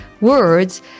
words